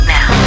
Now